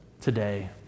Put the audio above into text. today